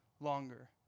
longer